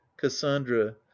Cassandra